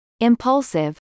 impulsive